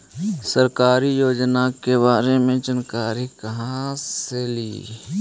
सरकारी योजना के बारे मे जानकारी कहा से ली?